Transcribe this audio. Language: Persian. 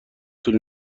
طول